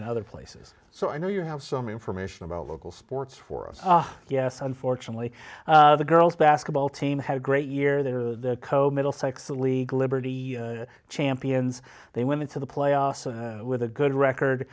in other places so i know you have some information about local sports for us yes unfortunately the girls basketball team had a great year there the coach middlesex league liberty champions they went into the playoffs with a good record